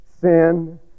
sin